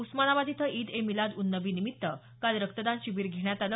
उस्मानाबाद इथं ईद ए मिलाद उन्नबी निमित्त काल रक्तदान शिबिर घेण्यात आलं